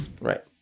Right